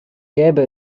gäbe